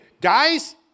guys